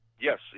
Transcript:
Yes